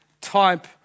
type